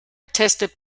tested